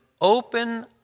open